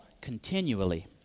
continually